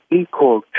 equal